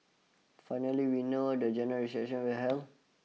finally we know when the General Election will held